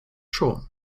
schon